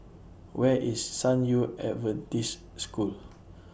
Where IS San Yu Adventist School